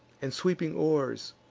and sweeping oars,